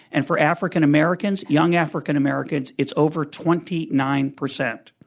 and for african americans young african americans it's over twenty nine percent.